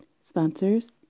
sponsors